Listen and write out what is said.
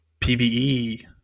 pve